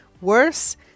Worse